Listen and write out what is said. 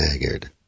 Haggard